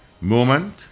moment